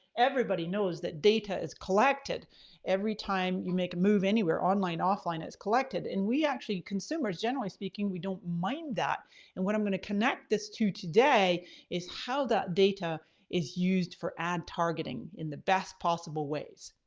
everybody knows that data is collected every time you make a move anywhere online, offline it's collected. and we actually, consumers generally speaking, we don't mind that and what i'm gonna connect this to today is how that data is used for ad targeting in the best possible ways.